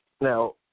Now